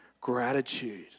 gratitude